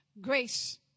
grace